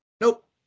Nope